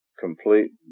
complete